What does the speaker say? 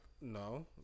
No